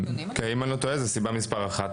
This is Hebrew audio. אם אני לא טועה זו סיבה מספר אחת